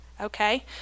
Okay